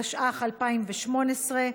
התשע"ח 2018,